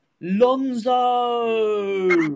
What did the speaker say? Lonzo